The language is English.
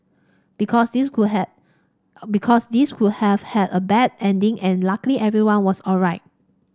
because this could have because this could have had a bad ending and luckily everyone was alright